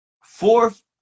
Fourth